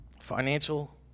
financial